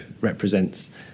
represents